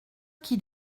qui